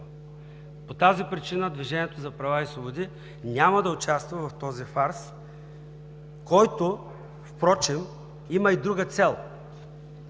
По тази причина Движението за права и свободи няма да участва в този фарс, който впрочем има и друга цел.